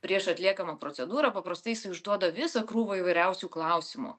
prieš atliekamą procedūrą paprastai jisai užduoda visą krūvą įvairiausių klausimų